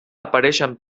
apareixen